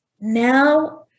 Now